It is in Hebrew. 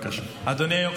אדוני היו"ר,